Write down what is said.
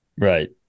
right